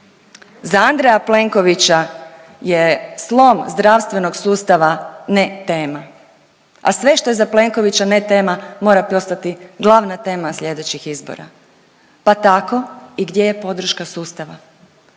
Za Andreja Plenkovića je slom zdravstvenog sustava ne tema, a sve što je za Plenkovića ne tema mora postati glavna tema sljedećih izbora, pa tako i gdje je podrška sustava.